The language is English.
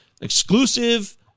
exclusive